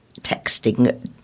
texting